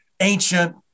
ancient